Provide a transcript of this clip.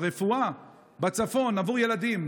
ברפואה בצפון עבור ילדים.